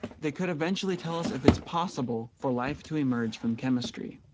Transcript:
they could eventually tell us if it's possible for life to emerge from chemistry.